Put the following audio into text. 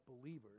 believers